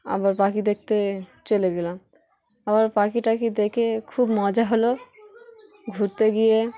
আবার পাখি দেখতে চলে গেলাম আবার পাখিটাখি দেখে খুব মজা হলো ঘুরতে গিয়ে